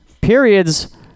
periods